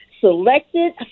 selected